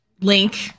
Link